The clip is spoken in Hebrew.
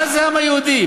מה זה העם היהודי?